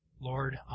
Lord